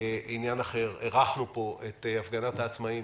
עניין אחר את הפגנת העצמאים